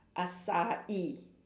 acai